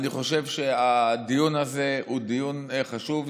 אני חושב שהדיון הזה הוא דיון חשוב.